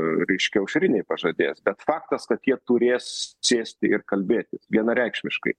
reiškia aušrinei pažadės bet faktas kad jie turės sėsti ir kalbėtis vienareikšmiškai